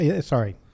Sorry